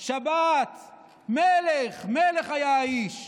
שבת, מלך, מלך היה האיש".